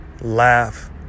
laugh